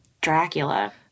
Dracula